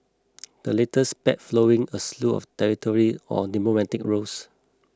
the latest spat flowing a slew of territory on the diplomatic rows